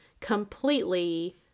completely